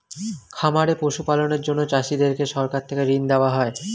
খামারে পশু পালনের জন্য চাষীদেরকে সরকার থেকে ঋণ দেওয়া হয়